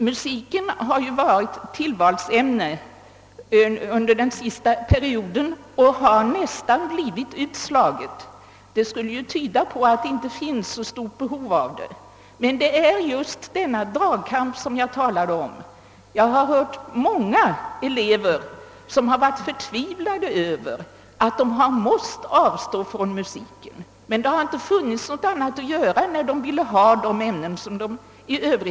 Musiken har ju under den senaste tiden varit ett tillvalsämne och det ämnet har nästan blivit utslaget. Detta skulle ju kunna tyda på att det inte finns så stort behov av detta ämne, men i själva verket beror detta just på den dragkamp som jag talade om. Jag har träffat många elever som varit förtvivlade över att de varit tvungna att avstå från musiken, men det har inte funnits någon annan möjlighet när de valt de ämnen de valt.